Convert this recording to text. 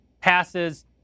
passes